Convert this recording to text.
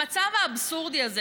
המצב האבסורדי הזה,